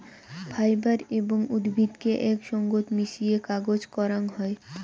fibre এবং উদ্ভিদকে আক সঙ্গত মিশিয়ে কাগজ করাং হই